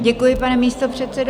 Děkuji, pane místopředsedo.